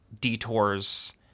detours